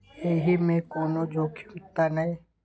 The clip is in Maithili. एहि मे कोनो जोखिम त नय?